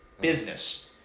Business